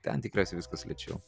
ten tikriausiai viskas lėčiau